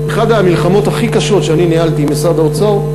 אחת המלחמות הכי קשות שאני ניהלתי עם משרד האוצר,